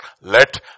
let